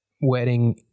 wedding